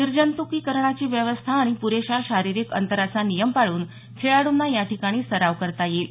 निर्जंतुकीकरणाची व्यवस्था आणि पुरेशा शारीरिक अंतराचा नियम पाळून खेळाडूंना याठिकाणी सराव करता येईल